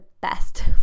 best